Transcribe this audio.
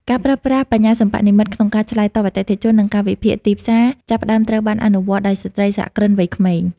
ការប្រើប្រាស់បញ្ញាសិប្បនិម្មិត ក្នុងការឆ្លើយតបអតិថិជន និងការវិភាគទីផ្សារ ចាប់ផ្តើមត្រូវបានអនុវត្តដោយស្ត្រីសហគ្រិនវ័យក្មេង។